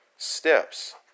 Steps